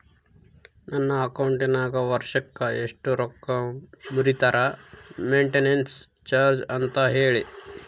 ನನ್ನ ಅಕೌಂಟಿನಾಗ ವರ್ಷಕ್ಕ ಎಷ್ಟು ರೊಕ್ಕ ಮುರಿತಾರ ಮೆಂಟೇನೆನ್ಸ್ ಚಾರ್ಜ್ ಅಂತ ಹೇಳಿ?